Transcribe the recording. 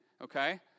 okay